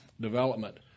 development